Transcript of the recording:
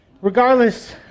Regardless